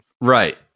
Right